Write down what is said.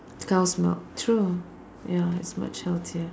cow's milk true ya it's much healthier